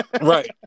right